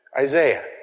Isaiah